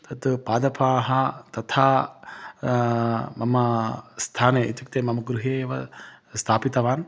तत् पादपाः तथा मम स्थाने इत्युक्ते मम गृहे एव स्थापितवान्